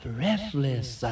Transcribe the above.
Breathless